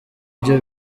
byo